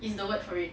is the word for it